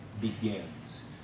begins